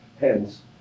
Hence